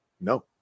no